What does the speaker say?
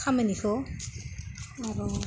खामानिखौ आरो